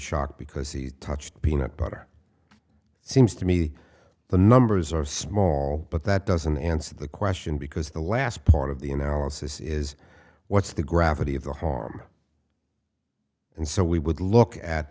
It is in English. shock because he touched peanut butter seems to me the numbers are small but that doesn't answer the question because the last part of the analysis is what's the gravity of the harm and so we would look at